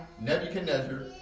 Nebuchadnezzar